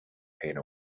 pain